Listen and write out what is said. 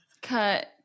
Cut